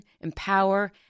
empower